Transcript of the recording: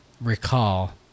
recall